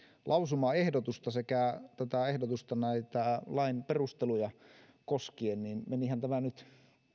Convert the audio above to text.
lausumaehdotusta sekä tätä ehdotusta näitä lain perusteluja koskien menihän tämä nyt